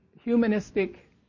humanistic